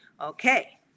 Okay